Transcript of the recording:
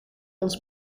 ons